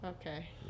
Okay